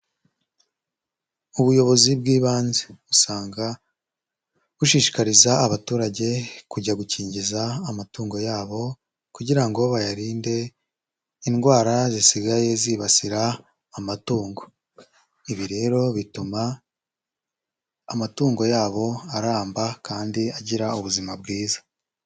Ubuyobozi bw'ibanze usanga bushishikariza abaturage kujya gukingiza amatungo yabo kugira ngo bayarinde indwara zisigaye zibasira amatungo, ibi rero bituma amatungo yabo aramba kandi agira ubuzima bwiza.